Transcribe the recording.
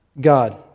God